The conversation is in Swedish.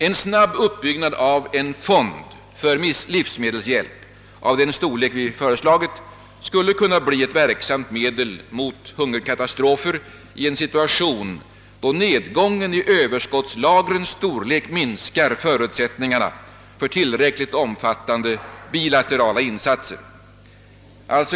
En snabb uppbyggnad av en fond för livsmedelshjälp av den:'storlek vi föreslagit skulle kunna bli ett verksamt medel mot hungerkatastrofer i en situation, då nedgången i överskottslagrens storlek minskar och därmed förutsättningarna för tillräckligt omfattande bilaterala insatser.